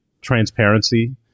transparency